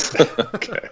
okay